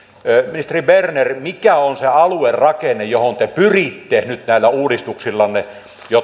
ministeri berner mikä on se aluerakenne johon te pyritte nyt näillä uudistuksillanne